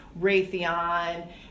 Raytheon